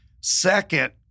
second